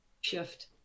shift